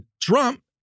Trump